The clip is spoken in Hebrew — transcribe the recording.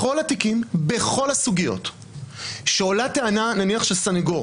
בכל התיקים בכל הסוגיות כשעולה טענה נניח של סניגור